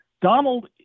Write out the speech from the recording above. Donald